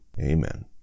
Amen